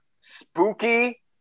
spooky